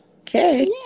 okay